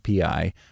API